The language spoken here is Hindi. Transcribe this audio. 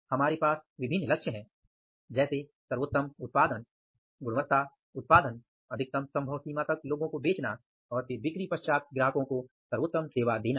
हमारे पास विभिन्न लक्ष्य हैं सर्वोत्तम उत्पादन गुणवत्ता उत्पादन अधिकतम संभव सीमा तक लोगों को बेचना और फिर बिक्री पश्चात सर्वोत्तम सेवा देना है